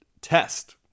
test